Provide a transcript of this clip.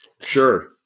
Sure